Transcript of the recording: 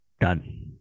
done